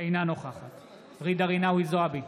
אינה נוכחת ג'ידא רינאוי זועבי,